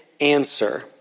answer